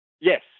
Yes